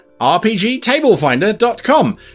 RPGtablefinder.com